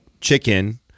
chicken